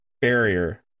barrier